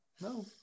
No